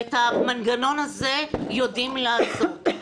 ואת המנגנון הזה יודעים לעשות.